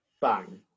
Bang